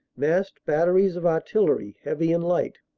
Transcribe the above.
massed batteries of artillery, heavy and light,